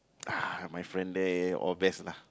ah my friend there all best lah